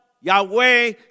Yahweh